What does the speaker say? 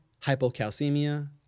hypocalcemia